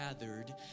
gathered